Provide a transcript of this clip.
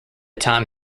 time